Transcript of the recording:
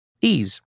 Ease